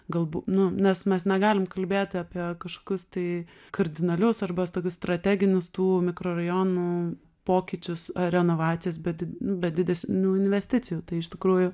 galbū nu nes mes negalim kalbėti apie kažkokius tai kardinalius arba tokius strateginius tų mikrorajonų pokyčius ar renovacijas bet be didesnių investicijų tai iš tikrųjų